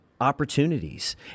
Opportunities